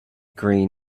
green